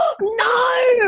No